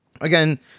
again